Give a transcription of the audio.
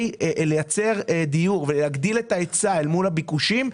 לייצר דיור ולהגדיל את ההיצע אל מול הביקושים,